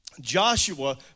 Joshua